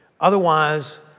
Otherwise